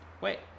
wait